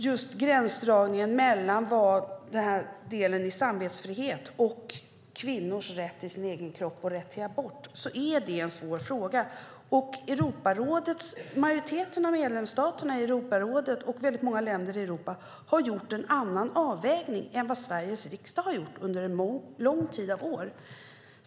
Just gränsdragningen mellan samvetsfrihet och kvinnors rätt till sin egen kropp och rätt till abort är en svår fråga. Majoriteten av medlemsstaterna i Europarådet och väldigt många länder i Europa har gjort en annan avvägning än vad Sveriges riksdag har gjort under många år.